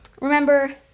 remember